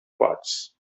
parts